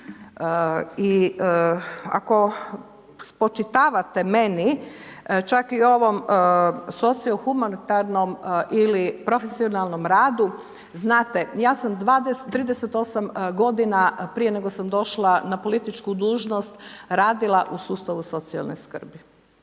I ako spočitavate meni, čak i ovom sociohumanitarnom ili profesionalnom radu, znate, ja sam 38. godina, prije nego sam došla na političku dužnost radila u sustavu socijalne skrbi.